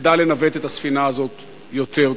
נדע לנווט את הספינה הזאת יותר טוב.